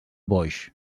boix